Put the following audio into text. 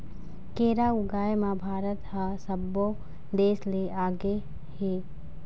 केरा ऊगाए म भारत ह सब्बो देस ले आगे हे